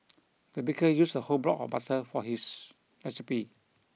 the baker used a whole block of butter for this recipe